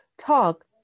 talk